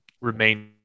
remain